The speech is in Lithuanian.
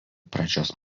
pradžios